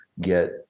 get